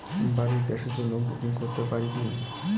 বাড়ির গ্যাসের জন্য বুকিং করতে পারি কি?